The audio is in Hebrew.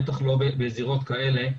בטח לא בזירות האלה,